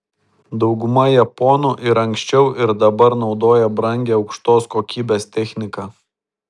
dauguma japonų ir anksčiau ir dabar naudoja brangią aukštos kokybės techniką